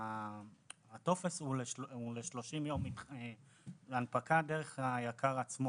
הטופס הוא ל-30 יום להנפקה דרך יק"ר,